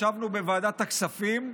ישבנו בוועדת הכספים,